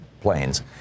planes